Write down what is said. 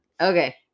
Okay